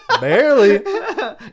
Barely